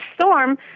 storm